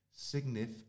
Signif